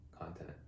content